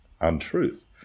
untruth